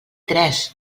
tres